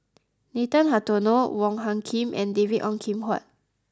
Nathan Hartono Wong Hung Khim and David Ong Kim Huat